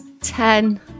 Ten